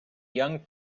young